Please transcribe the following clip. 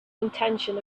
intention